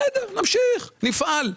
בסדר, נמשיך, נפעל.